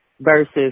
versus